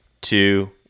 two